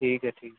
ٹھیک ہے ٹھیک ہے